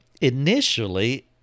Initially